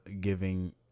giving